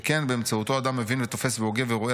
שכן: 'באמצעותו אדם מבין ותופס והוגה ורואה